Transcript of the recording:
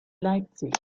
leipzig